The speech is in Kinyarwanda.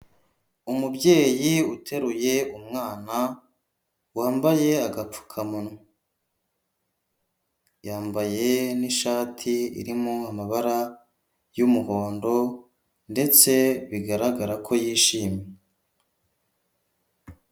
Umubyeyi uteruye umwana wambaye agapfukamunwa, yambaye n'ishati irimo amabara y'umuhondo ndetse bigaragara ko yishimye.